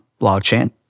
blockchain